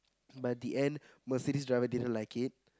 but the end Mercedes driver didn't like it